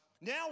now